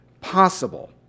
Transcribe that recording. possible